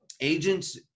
agents